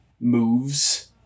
Moves